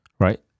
right